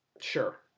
sure